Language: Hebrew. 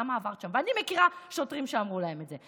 למה עברת שם?